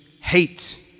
hate